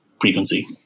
frequency